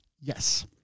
Yes